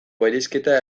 bereizketa